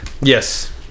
yes